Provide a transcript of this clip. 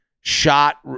shot